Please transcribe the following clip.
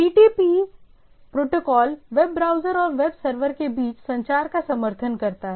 TTP protocol web browser और web server के बीच संचार का समर्थन करता है